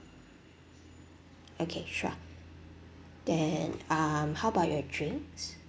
okay sure then um how about your drinks